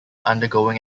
undergoing